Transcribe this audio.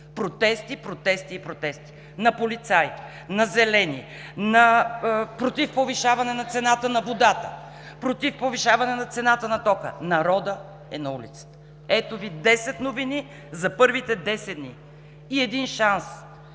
протести, протести и протести: на полицаи, на зелени, против повишаване цената на водата, против повишаване цената на тока. Народът е на улицата! Ето Ви 10 новини за първите 10 дни. И един шанс